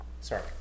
Sorry